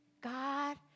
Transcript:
God